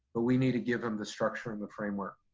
but we need to give them the structure and the framework.